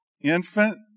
infant